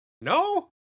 No